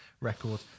record